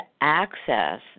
access